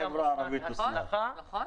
חשובה מאוד.